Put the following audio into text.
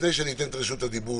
לפני שאני אתן את רשות הדיבור